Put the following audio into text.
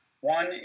One